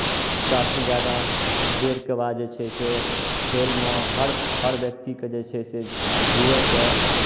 काफी जादा देरके बाद जे छै से खेलमे हर हर व्यक्तिकेँ जे छै से जुएसँ